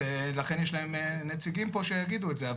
לכן יש להם נציגים פה שיגידו את זה.